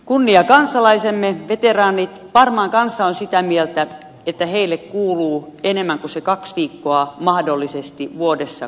kunniakansalaisemme veteraanit varmaan kansa on sitä mieltä että heille kuuluu enemmän usa kaksi viikkoa mahdollisesti vuodessa